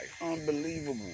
Unbelievable